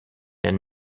and